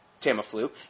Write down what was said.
Tamiflu